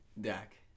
Dak